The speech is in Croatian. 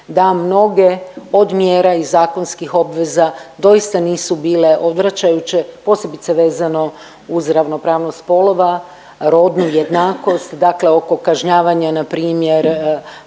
da mnoge od mjera i zakonskih obveza doista nisu bile odvraćajuće posebice vezano uz ravnopravnost spolova, rodnu jednakost dakle oko kažnjavanja npr.